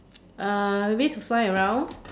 uh maybe to fly around